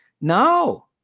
No